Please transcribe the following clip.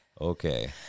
Okay